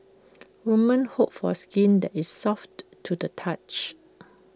women hope for skin that is soft to the touch